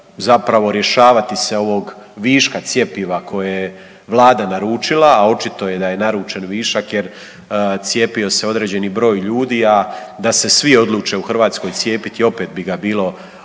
zapravo rješavati se ovog viška cjepiva koje je Vlada naručila, a očito da je naručen višak jer cijepio se određeni broj ljudi. A da se svi odluče u Hrvatskoj cijepiti opet bi ga bilo više.